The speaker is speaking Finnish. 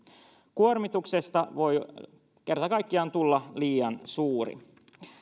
kuormituksesta voi kerta kaikkiaan tulla liian suuri